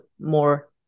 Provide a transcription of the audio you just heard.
more